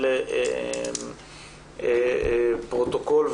כולל פרוטוקול,